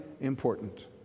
important